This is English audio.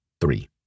Three